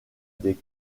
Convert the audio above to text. des